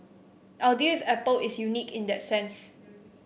our deal with Apple is unique in that sense